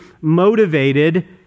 motivated